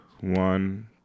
one